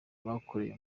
bakoreye